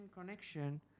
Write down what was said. connection